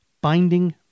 binding